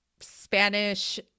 Spanish